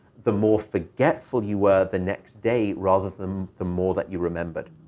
the more forgetful you were the next day rather than the more that you remembered.